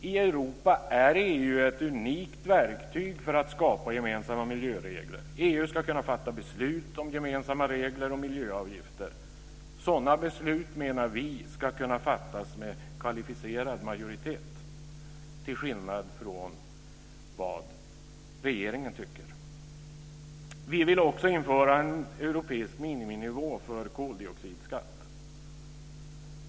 I Europa är EU ett unikt verktyg för att skapa gemensamma miljöregler. EU ska kunna fatta beslut om gemensamma regler och miljöavgifter. Sådana beslut menar vi ska kunna fattas med kvalificerad majoritet, till skillnad från vad regeringen tycker. Vi vill också införa en europeisk miniminivå för koldioxidskatt.